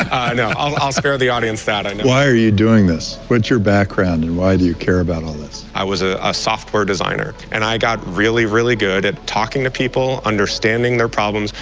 i mean i'll i'll spare the audience that. and why are you doing this? what's your background, and why do you care about all this? i was a ah software designer. and i got really, really good at talking to people, understanding their problems,